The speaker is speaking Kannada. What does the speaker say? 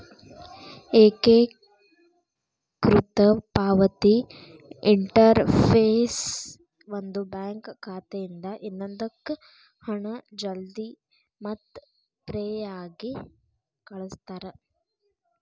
ಏಕೇಕೃತ ಪಾವತಿ ಇಂಟರ್ಫೇಸ್ ಒಂದು ಬ್ಯಾಂಕ್ ಖಾತೆಯಿಂದ ಇನ್ನೊಂದಕ್ಕ ಹಣ ಜಲ್ದಿ ಮತ್ತ ಫ್ರೇಯಾಗಿ ಕಳಸ್ತಾರ